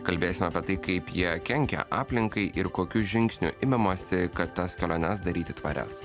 kalbėsime apie tai kaip jie kenkia aplinkai ir kokių žingsnių imamasi kad tas keliones daryti tvarias